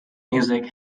music